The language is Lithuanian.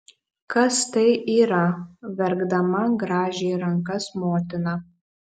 kas tai yra verkdama grąžė rankas motina